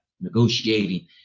negotiating